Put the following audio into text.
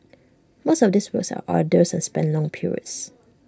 most of these works are arduous and span long periods